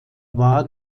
war